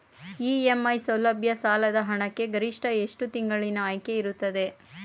EMI ಸೌಲಭ್ಯ ಸಾಲದ ಹಣಕ್ಕೆ ಗರಿಷ್ಠ ಎಷ್ಟು ತಿಂಗಳಿನ ಆಯ್ಕೆ ಇರುತ್ತದೆ?